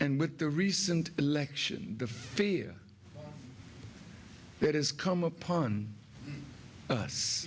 and with the recent election the fear that has come upon us